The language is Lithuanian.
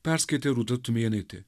perskaitė rūta tumėnaitė